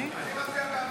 אני מצביע בעדך.